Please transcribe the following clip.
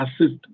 assist